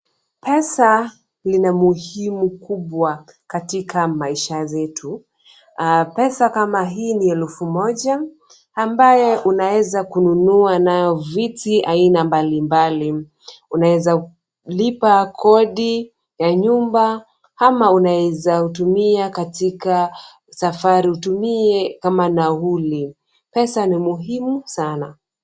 Pesa lina muhimu kubwa katika maisha zetu. Pesa kama hii ni elfu moja ambayo unaweza kununua nayo vitu aina mbalimbali. Unawezalipa kodi ya nyumba, ama unawezatumia katika safari. Utumie kama nauli. Pesa ni muhimu sana.